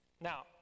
now